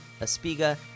Aspiga